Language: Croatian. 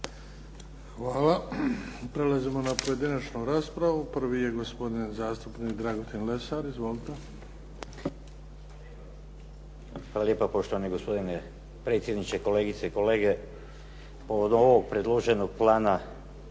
Hvala. Prelazimo na pojedinačnu raspravu. Prvi je gospodin zastupnik Dragutin Lesar. Izvolite. **Lesar, Dragutin (Nezavisni)** Hvala lijepa poštovani gospodine predsjedniče, kolegice i kolege. Povodom ovog predloženog plana